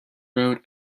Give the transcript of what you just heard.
road